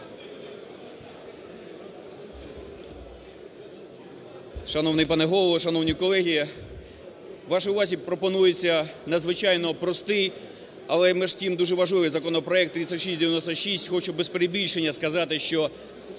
Шановний пане Голово, шановні колеги! Вашій увазі пропонується надзвичайно простий, але між тим дуже важливий законопроект (3696). Хочу без перебільшення сказати, що